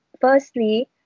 firstly